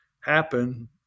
happen